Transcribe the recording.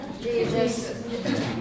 Jesus